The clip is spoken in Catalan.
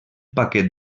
paquet